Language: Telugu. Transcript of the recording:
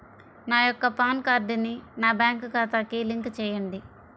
నా యొక్క పాన్ కార్డ్ని నా బ్యాంక్ ఖాతాకి లింక్ చెయ్యండి?